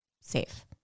safe